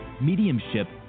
mediumship